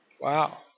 Wow